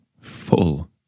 full